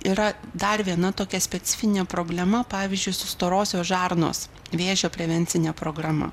yra dar viena tokia specifinė problema pavyzdžiui su storosios žarnos vėžio prevencine programa